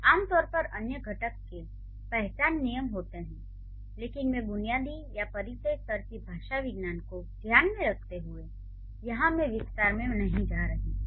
आम तौर पर अन्य घटक के पहचान नियम होते हैं लेकिन मैं बुनियादी या परिचय स्तर की भाषाविज्ञान को ध्यान में रखते हुए यहां मैं विस्तार में नहीं जा रही हूं